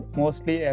mostly